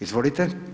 Izvolite.